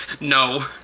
No